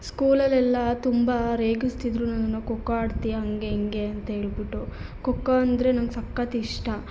ಸ್ಕೂಲಲ್ಲಿ ಎಲ್ಲ ತುಂಬ ರೇಗಿಸ್ತಿದ್ರು ನನ್ನನ್ನ ಖೋಖೋ ಆಡ್ತೀಯಾ ಹಂಗೆ ಹಿಂಗೆ ಅಂತ ಹೇಳ್ಬಿಟ್ಟು ಖೋಖೋ ಅಂದರೆ ನಂಗೆ ಸಖತ್ತು ಇಷ್ಟ